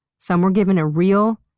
some were given a real,